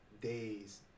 days